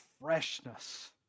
freshness